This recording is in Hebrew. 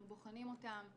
אנחנו בוחנים אותם.